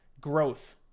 growth